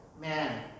man